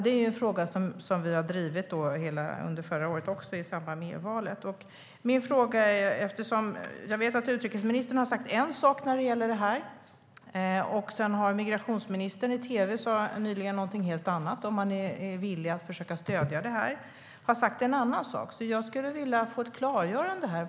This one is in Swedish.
Det är en fråga som vi drev förra året i samband med EU-valet. Jag vet att utrikesministern har sagt en sak. Sedan sa migrationsministern nyligen något helt annat i tv om huruvida regeringen är villig att stödja förslaget. Jag skulle vilja få ett klargörande.